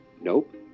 Nope